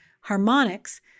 harmonics